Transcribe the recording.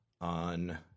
on